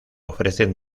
ofrecen